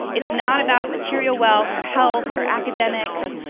it's not about material wealth or health, or academics,